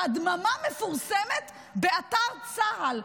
ההדממה מפורסמת באתר צה"ל,